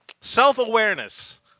Self-awareness